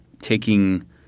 taking